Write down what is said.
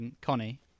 Connie